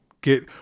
get